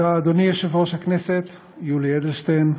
תודה, אדוני יושב-ראש הכנסת יולי אדלשטיין,